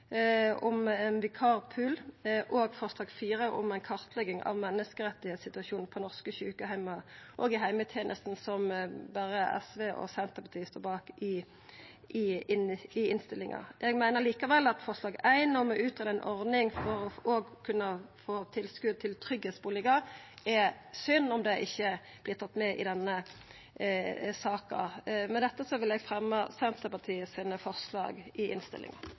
og til forslag nr. 4, om ei kartlegging av menneskerettssituasjonen på norske sjukeheimar og i heimetenesta, som berre SV og Senterpartiet står bak, i innstillinga. Eg meiner likevel det er synd om ikkje forslag nr. 1, om å greia ut ei ordning for òg å kunne få tilskot til tryggleiksbustader, vert tatt med i denne saka. Med dette vil eg ta opp forslaga nr. 3 og 4 i innstillinga.